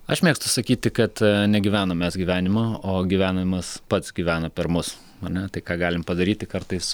aš mėgstu sakyti kad negyvenam mes gyvenimo o gyvenimas pats gyvena per mus ar ne tai ką galim padaryti kartais